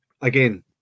again